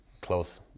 close